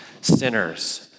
sinners